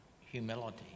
Humility